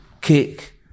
kick